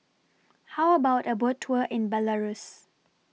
How about A Boat Tour in Belarus